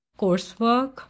coursework